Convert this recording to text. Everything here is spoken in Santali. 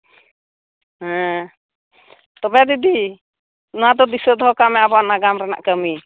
ᱦᱮᱸ ᱛᱚᱵᱮ ᱡᱩᱫᱤ ᱚᱱᱟ ᱫᱚ ᱫᱤᱥᱟᱹ ᱫᱚᱦᱚ ᱠᱟᱜ ᱢᱮ ᱟᱵᱚᱣᱟᱜ ᱱᱟᱜᱟᱢ ᱨᱮᱱᱟᱜ ᱠᱟᱹᱢᱤ